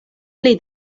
pli